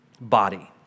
body